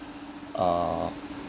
uh